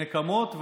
לא שליחי נקמות,